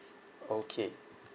okay